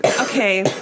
Okay